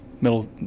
middle